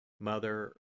Mother